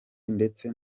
ndetse